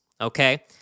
Okay